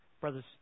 Brother's